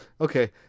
Okay